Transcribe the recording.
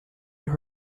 have